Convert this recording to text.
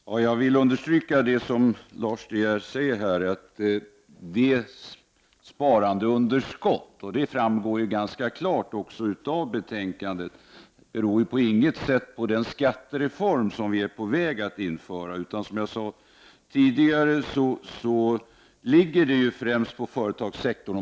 Herr talman! Jag vill understryka det som Lars De Geer här säger och som också ganska klart framgår av betänkandet, att sparandeunderskottet inte på något sätt beror på den skattereform vi är på väg att införa. Som jag sade tidigare ligger orsaken till detta främst på företagssektorn.